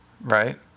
right